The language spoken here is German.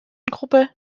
gruppe